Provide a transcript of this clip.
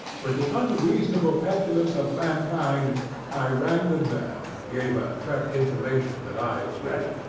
with the unreasonable petulance of mankind i rang the bell and gave a curt intimation that i was ready.